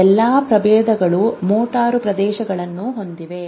ಎಲ್ಲಾ ಪ್ರಭೇದಗಳು ಮೋಟಾರು ಪ್ರದೇಶವನ್ನು ಹೊಂದಿವೆ